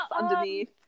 underneath